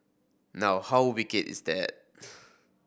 now how wicked is that